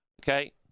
okay